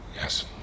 Yes